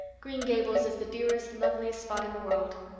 green gables is the dearest, loveliest spot in the world.